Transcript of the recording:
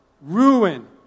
ruin